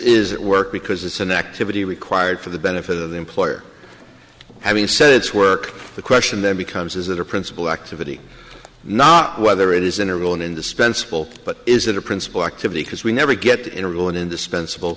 that work because it's an activity required for the benefit of the employer having said its work the question then becomes is it a principal activity not whether it is in a role and indispensable but is that a principal activity because we never get into an indispensable